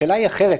השאלה היא אחרת.